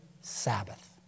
Sabbath